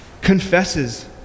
confesses